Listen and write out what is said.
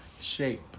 shape